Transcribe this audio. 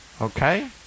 Okay